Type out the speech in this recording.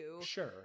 Sure